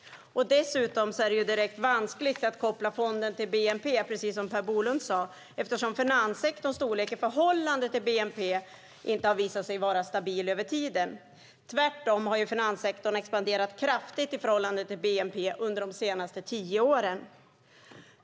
För det andra är det direkt vanskligt att koppla fonden till bnp, precis som Per Bolund sade, eftersom finanssektorns storlek i förhållande till bnp inte har visat sig vara stabil över tiden. Tvärtom har finanssektorn expanderat kraftigt i förhållande till bnp de senaste tio åren.